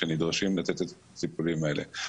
שמבקשים לתת את הטיפולים האלה.